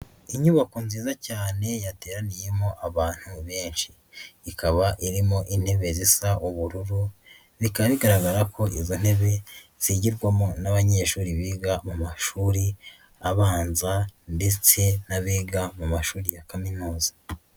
Inyubako nziza cyane yateraniyemo abantu benshi ikaba irimo intebe zisa ubururu bika bigaragara ko izo ntebe zigirwamo n'abanyeshuri biga mu mashuri abanza ndetse n'abiga mu mashuri ya kaminuza.